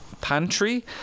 pantry